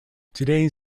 today